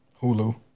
Hulu